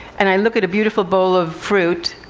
and i look at a beautiful bowl of fruit,